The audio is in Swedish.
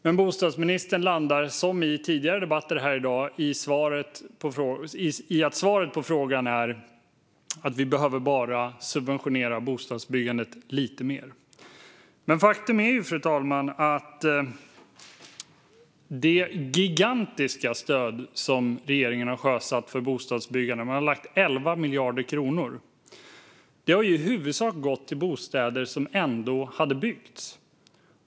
Men bostadsministern landar, som i tidigare debatter här i dag, i att svaret på frågan är att vi bara behöver subventionerna bostadsbyggandet lite mer. Faktum är, fru talman, att det gigantiska stöd som regeringen har sjösatt för bostadsbyggande, 11 miljarder kronor, i huvudsak har gått till bostäder som ändå hade byggts.